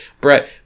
Brett